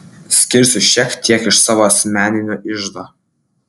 skirsiu šiek tiek iš savo asmeninio iždo